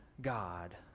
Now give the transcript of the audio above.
God